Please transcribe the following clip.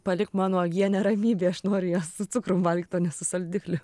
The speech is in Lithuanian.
palik man uogienę ramybėj aš noriu ą su cukrum valgyt o ne su saldikliu